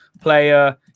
player